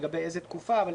לגבי איזו תקופה.